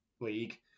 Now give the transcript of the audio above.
League